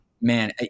man